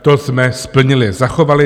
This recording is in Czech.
To jsme splnili, zachovali.